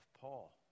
Paul